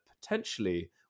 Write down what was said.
potentially